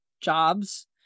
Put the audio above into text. jobs